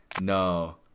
No